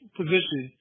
position